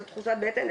זו תחושת בטן,